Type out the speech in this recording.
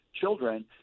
children